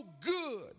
good